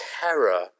terror